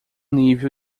nível